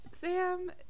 Sam